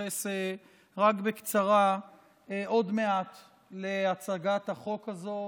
ואתייחס רק בקצרה עוד מעט להצגת החוק הזאת.